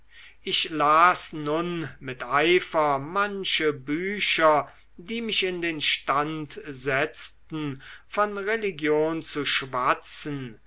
ich las nun mit eifer manche bücher die mich in den stand setzten von religion zu schwatzen